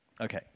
Okay